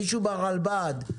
מישהו ברלב"ד,